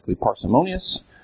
parsimonious